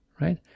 right